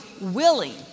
willing